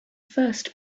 first